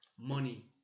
money